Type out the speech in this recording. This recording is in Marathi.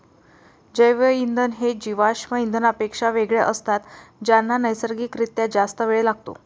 जैवइंधन हे जीवाश्म इंधनांपेक्षा वेगळे असतात ज्यांना नैसर्गिक रित्या जास्त वेळ लागतो